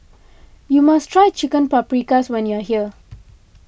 you must try Chicken Paprikas when you are here